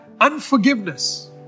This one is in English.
unforgiveness